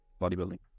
bodybuilding